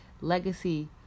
legacy